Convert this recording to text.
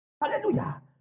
Hallelujah